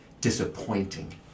disappointing